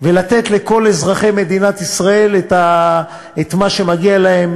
ולתת לכל אזרחי מדינת ישראל את מה שמגיע להם,